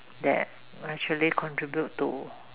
that actually contribute to